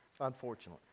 unfortunately